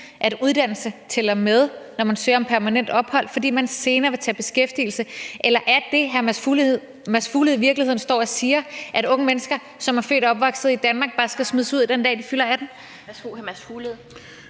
at uddannelse tæller med, når man søger om permanent ophold, fordi man senere vil tage beskæftigelse. Eller er det, hr. Mads Fuglede i virkeligheden står og siger, at unge mennesker, som er født og opvokset i Danmark, bare skal smides ud, den dag de fylder 18?